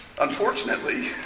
Unfortunately